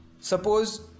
Suppose